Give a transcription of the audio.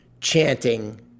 chanting